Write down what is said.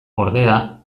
ordea